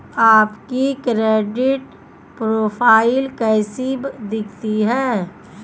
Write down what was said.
आपकी credit profile कैसी दिखती है?